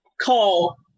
call